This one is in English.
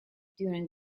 during